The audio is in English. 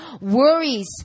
worries